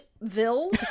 ville